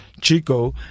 Chico